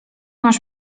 masz